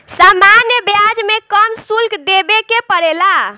सामान्य ब्याज में कम शुल्क देबे के पड़ेला